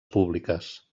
públiques